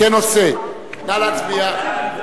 נא להצביע.